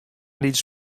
lyts